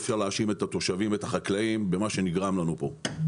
אי אפשר להאשים את התושבים ואת החקלאים במה שנגרם לנו פה,